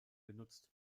genutzt